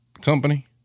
company